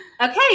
okay